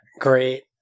great